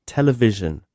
Television